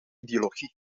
ideologie